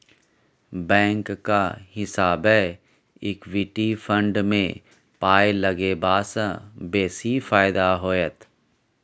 बैंकक हिसाबैं equity fund मे पाय लगेबासँ बेसी फायदा होइत